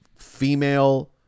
Female